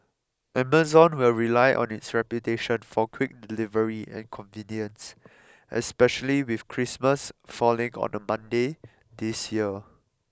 Amazon will rely on its reputation for quick delivery and convenience especially with Christmas falling on a Monday this year